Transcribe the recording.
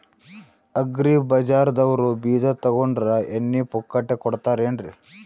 Agri ಬಜಾರದವ್ರು ಬೀಜ ತೊಗೊಂಡ್ರ ಎಣ್ಣಿ ಪುಕ್ಕಟ ಕೋಡತಾರೆನ್ರಿ?